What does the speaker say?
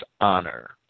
honor